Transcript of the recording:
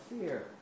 fear